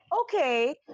Okay